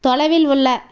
தொலைவில் உள்ள